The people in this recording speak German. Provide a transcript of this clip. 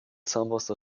zahnpasta